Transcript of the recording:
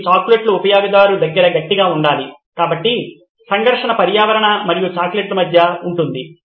మీకు చాక్లెట్ల ఉపయొగదారు దగ్గర గట్టిగా ఉండాలి కాబట్టి సంఘర్షణ పర్యావరణం మరియు చాక్లెట్ మధ్య ఉంటుంది